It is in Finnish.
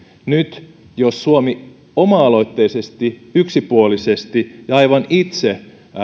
nyt jos suomi oma aloitteisesti yksipuolisesti ja aivan itse